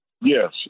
Yes